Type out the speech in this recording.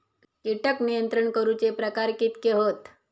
कीटक नियंत्रण करूचे प्रकार कितके हत?